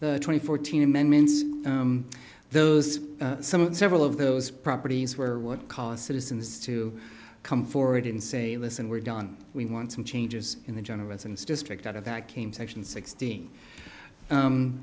the twenty fourteen amendments those some and several of those properties were what caused citizens to come forward and say listen we're done we want some changes in the generals and district out of that came section sixteen